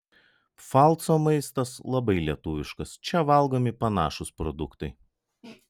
pfalco maistas labai lietuviškas čia valgomi panašūs produktai